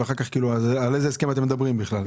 ואחר כך על איזה הסכם אתם מדברים בכלל.